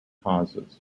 causes